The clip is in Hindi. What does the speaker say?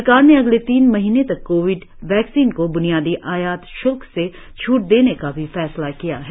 सरकार ने अगले तीन महीने तक कोविड वैक्सीन को ब्नियादी आयात श्ल्क से छूट देने का भी फैसला किया है